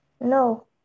No